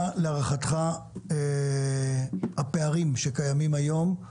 מהם, להערכתך, הפערים שקיימים היום?